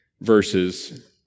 verses